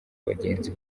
bagenzi